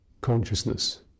consciousness